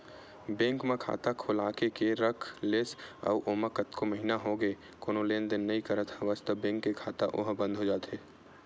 bank म खाता खोलाके के रख लेस अउ ओमा कतको महिना होगे कोनो लेन देन नइ करत हवस त बेंक के खाता ओहा बंद हो जाथे